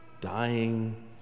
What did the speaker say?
dying